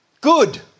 Good